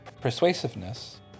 persuasiveness